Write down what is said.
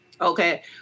Okay